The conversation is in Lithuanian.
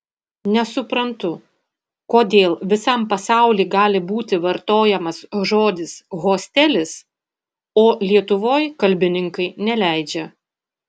nesuprantu kodėl visam pasauly gali būti vartojamas žodis hostelis o lietuvoj kalbininkai neleidžia